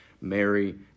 Mary